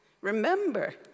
Remember